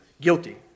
guilty